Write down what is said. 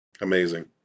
Amazing